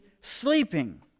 sleeping